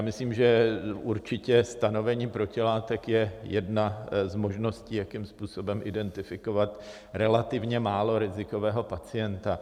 Myslím, že určitě stanovení protilátek je jedna z možností, jakým způsobem identifikovat relativně málo rizikového pacienta.